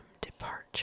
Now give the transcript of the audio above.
departure